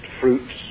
fruits